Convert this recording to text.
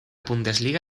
bundesliga